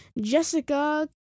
Jessica